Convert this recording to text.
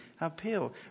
appeal